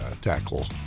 tackle